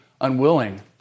unwilling